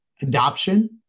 adoption